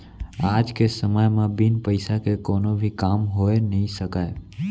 आज के समे म बिन पइसा के कोनो भी काम होइ नइ सकय